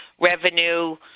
revenue